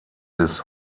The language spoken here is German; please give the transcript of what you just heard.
des